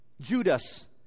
Judas